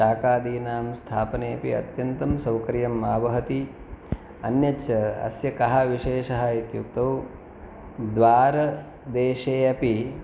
शाकादीनां स्थापनेऽपि अत्यन्तं सौकर्यमावहति अन्यच्च अस्य कः विशेषः इत्युक्तौ द्वारदेशे अपि